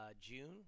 June